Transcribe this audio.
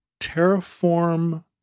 terraform